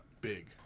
big